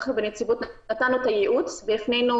אנחנו בנציבות נתנו את הייעוץ והפנינו